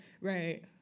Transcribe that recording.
Right